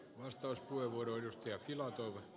vastaus kuivuuden ja kiloa